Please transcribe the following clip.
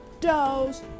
dos